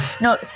no